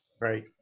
right